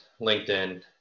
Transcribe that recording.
LinkedIn